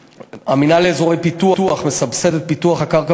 המינהל לאזורי פיתוח מסבסד את פיתוח הקרקע